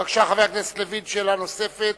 בבקשה, חבר הכנסת לוין, שאלה נוספת.